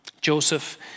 Joseph